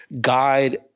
guide